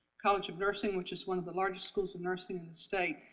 college of nursing, which is one of the largest schools of nursing in the state,